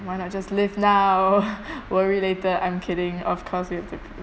why not just live now worry later I'm kidding of course you have to